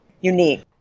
unique